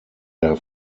der